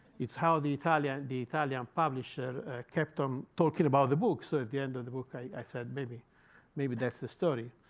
it's how the italian the italian publisher kept on talking about the book. so at the end of the book, i said maybe maybe that's the story.